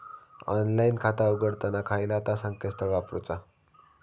Online खाता उघडताना खयला ता संकेतस्थळ वापरूचा?